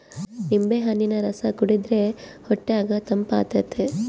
ನಿಂಬೆಹಣ್ಣಿನ ರಸ ಕುಡಿರ್ದೆ ಹೊಟ್ಯಗ ತಂಪಾತತೆ